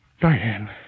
Diane